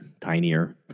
tinier